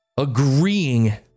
Agreeing